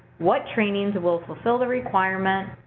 what trainings will fulfill the requirement,